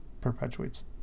perpetuates